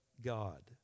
God